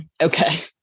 okay